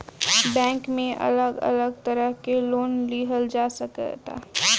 bank में अलग अलग तरह के लोन लिहल जा सकता